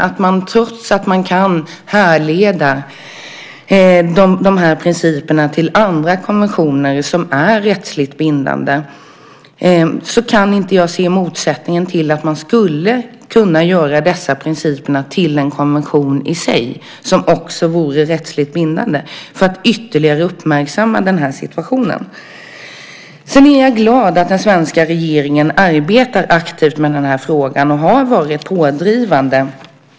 Trots att man kan härleda principerna till andra konventioner som är rättsligt bindande kan jag inte se motsättningen till att man skulle kunna göra dessa principer till en konvention i sig som också vore rättsligt bindande för att ytterligare uppmärksamma situationen. Jag är glad att den svenska regeringen arbetar aktivt med den här frågan och har varit pådrivande.